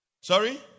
Sorry